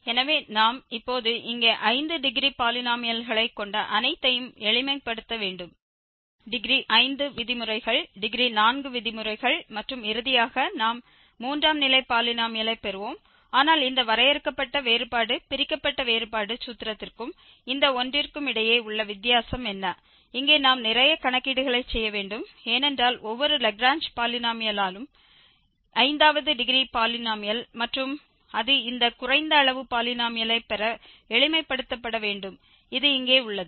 எனவே நாம் இப்போது இங்கே ஐந்து டிகிரி பாலினோமியல்களைக் கொண்ட அனைத்தையும் எளிமைப்படுத்த வேண்டும் டிகிரி 5 விதிமுறைகள் டிகிரி 4 விதிமுறைகள் மற்றும் இறுதியாக நாம் மூன்றாம் நிலை பாலினோமியலைப் பெறுவோம் ஆனால் இந்த வரையறுக்கப்பட்ட வேறுபாடு பிரிக்கப்பட்ட வேறுபாடு சூத்திரத்திற்கும் இந்த ஒன்றிற்கும் இடையே உள்ள வித்தியாசம் என்ன இங்கே நாம் நிறைய கணக்கீடுகளை செய்ய வேண்டும் ஏனென்றால் ஒவ்வொரு லாக்ரேஞ்ச் பாலினோமியாலும் ஐந்தாவது டிகிரி பாலினோமியல் மற்றும் அது இந்த குறைந்த அளவு பாலினோமியலைப் பெற எளிமைப்படுத்தப்பட வேண்டும் இது இங்கே உள்ளது